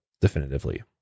definitively